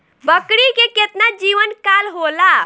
बकरी के केतना जीवन काल होला?